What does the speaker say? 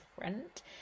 different